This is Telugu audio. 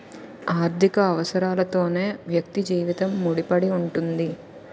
ఆర్థిక అవసరాలతోనే వ్యక్తి జీవితం ముడిపడి ఉంటుంది